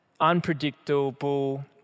unpredictable